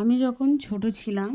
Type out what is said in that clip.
আমি যখন ছোট ছিলাম